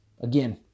again